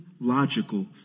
logical